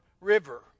River